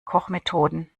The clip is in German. kochmethoden